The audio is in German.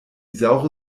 saure